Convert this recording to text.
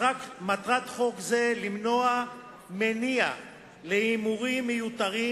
מטרת חוק זה למנוע מניע להימורים מיותרים